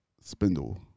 Spindle